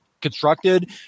constructed